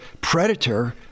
predator